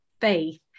faith